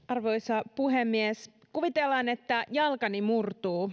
arvoisa puhemies kuvitellaan että jalkani murtuu